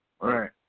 Right